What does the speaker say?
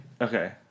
Okay